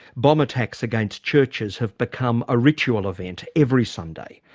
bomb attacks against churches have become a ritual event every sunday.